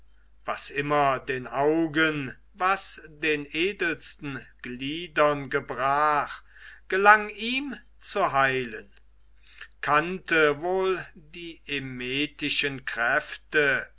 was immer den augen was den edelsten gliedern gebrach gelang ihm zu heilen kannte wohl die emetischen kräfte